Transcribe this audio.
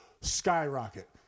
Skyrocket